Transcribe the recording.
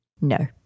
No